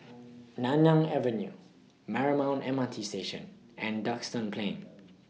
Nanyang Avenue Marymount M R T Station and Duxton Plain